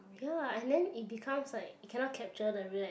ya and then it becomes like it cannot capture the real